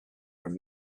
and